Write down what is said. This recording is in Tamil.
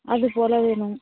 அது போல் வேணும்